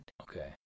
Okay